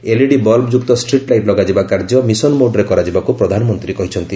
LED ବଲ୍ବଯୁକ୍ତ street light ଲଗାଯିବା କାର୍ଯ୍ୟ ମିଶନ୍ ମୋଡ଼୍ରେ କରାଯିବାକୁ ପ୍ରଧାନମନ୍ତ୍ରୀ କହିଛନ୍ତି